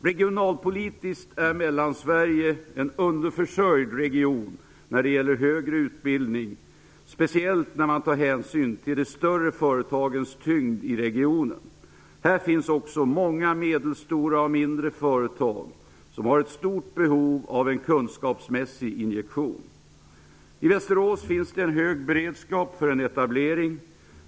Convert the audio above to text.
Regionalpolitiskt är Mellansverige en underförsörjd region när det gäller utbildning, speciellt när man tar hänsyn till de större företagens tyngd i regionen. Här finns också många medelstora och mindre företag som har ett stort behov av en kunskapsmässig injektion. I Västerås finns en hög beredskap för en etablering.